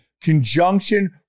conjunction